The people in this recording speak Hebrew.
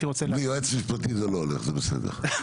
בלי יועץ משפטי זה לא הולך, זה בסדר.